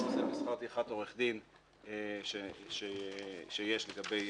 שהוא לא צריך לשאת בשכר טרחת עורך דין שיש לגבי